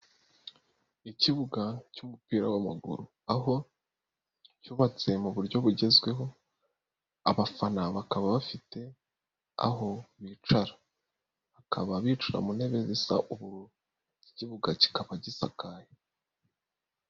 Ikibuga cy'umupira w'amaguru, aho cyubatse mu buryo bugezweho. Abafana bakaba bafite aho bicara. Bakaba bicara mu ntebe zisa ubururu, iki kibuga kikaba gisakaye.